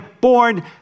born